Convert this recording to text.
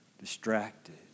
distracted